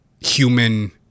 human